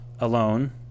alone